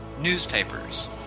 newspapers